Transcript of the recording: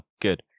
good